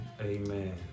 amen